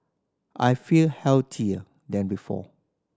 I feel healthier than before